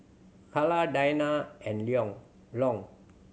Carla Diana and Long